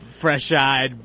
Fresh-eyed